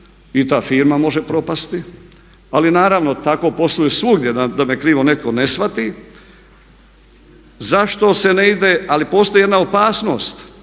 i ta firma može propasti ali naravno tako posluju svugdje da me krivo netko ne shvati. Zašto se ne ide, ali postoji jedna opasnost,